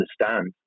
understand